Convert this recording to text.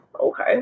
okay